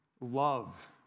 love